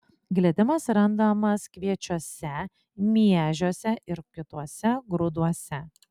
glitimas randamas kviečiuose miežiuose ir kituose grūduose